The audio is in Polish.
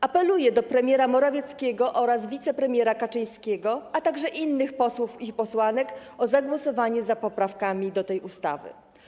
Apeluję do premiera Morawieckiego oraz wicepremiera Kaczyńskiego, a także innych posłów i posłanek o zagłosowanie za poprawkami do tej ustawy.